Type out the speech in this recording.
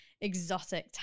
exotic